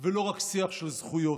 ולא רק שיח של זכויות.